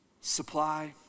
Supply